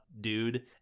dude